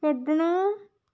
ਛੱਡਣਾ